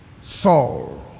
Saul